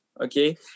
Okay